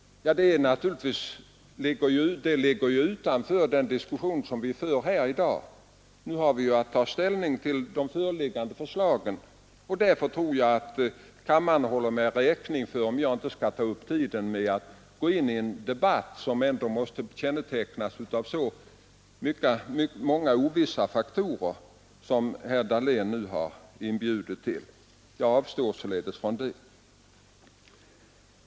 Ja, men det ligger ju också utanför den diskussion som vi för här i dag; nu har vi att ta ställning till de föreliggande förslagen. Därför tror jag att kammaren håller mig räkning för om jag inte tar upp tiden med att gå in i en debatt som ändå måste kännetecknas av så många ovissa faktorer som den herr Dahlén nu har inbjudit till. Jag avstår således från det.